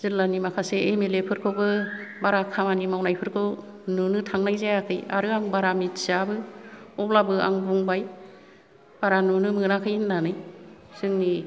जिल्लानि माखासे M L A फोरखौबो बारा खामानि मावनायफोरखौ नुनो थांनाय जायाखै आरो आरो आं बारा मिथियाबो अब्लाबो आं बुंबाय बारा नुनो मोनाखै होन्नानै जोंनि